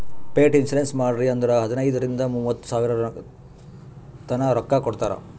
pet insurance ಮಾಡ್ರಿ ಅಂದುರ್ ಹದನೈದ್ ರಿಂದ ಮೂವತ್ತ ಸಾವಿರತನಾ ರೊಕ್ಕಾ ಕೊಡ್ತಾರ್